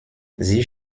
sie